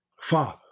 father